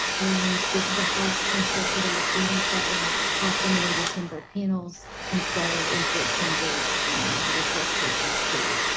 and this is a house constructed out of eighty seven cross-laminated timber panels installed in fourteen days time with a four person crew.